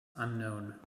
unknown